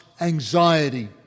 anxiety